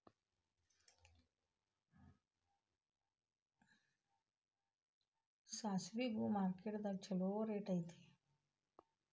ಸಾಸ್ಮಿಗು ಮಾರ್ಕೆಟ್ ದಾಗ ಚುಲೋ ರೆಟ್ ಐತಿ